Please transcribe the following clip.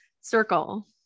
circle